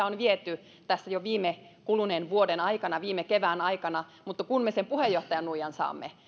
on viety tässä jo kuluneen vuoden aikana viime kevään aikana mutta kun me sen puheenjohtajan nuijan saamme